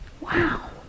wow